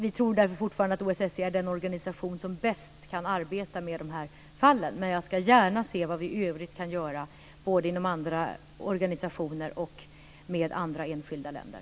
Vi tror därför fortfarande att OSSE är den organisation som bäst kan arbeta med de här fallen. Men jag ska gärna se vad vi i övrigt kan göra både inom andra organisationer och med andra enskilda länder.